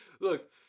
look